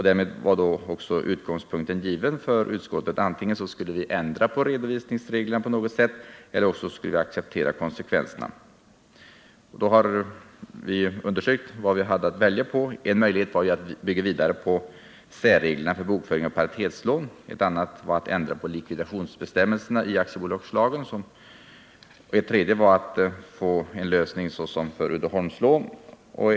Därmed var utgångspunkten given för utskottet — antingen skulle vi ändra på redovisningsreglerna på något sätt eller också skulle vi acceptera konsekvenserna. Vi har undersökt vad vi hade att välja på. En möjlighet var att bygga vidare på särreglerna för bokföring av paritetslån. Ett annat förslag var att ändra på likvidationsbestämmelserna i aktiebolagslagen. Ett tredje förslag var att få till stånd en lösning såsom för Uddeholmslånen.